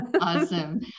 Awesome